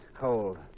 Cold